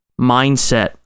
mindset